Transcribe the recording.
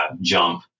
jump